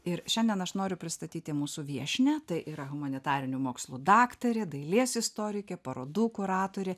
ir šiandien aš noriu pristatyti mūsų viešnią tai yra humanitarinių mokslų daktarė dailės istorikė parodų kuratorė